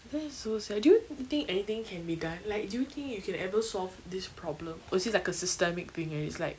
that is so sad do you think anything can be done like do you think you can ever solve this problem or is it like a systemic thing already it's like